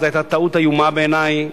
זו היתה טעות איומה בעיני,